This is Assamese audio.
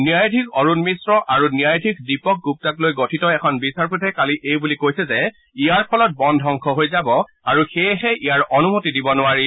ন্যায়াধীশ অৰুণ মিশ্ৰ আৰু ন্যায়াধীশ দীপক গুপ্তাক লৈ গঠিত এখন বিচাৰপীঠে কালি এইবুলি কৈছে যে ইয়াৰ ফলত বন ধবংস হৈ যাব সেয়েহে ইয়াৰ অনুমতি দিব নোৱাৰি